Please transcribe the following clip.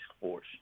Force